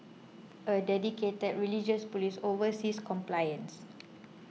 a dedicated religious police oversees compliances